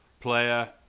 player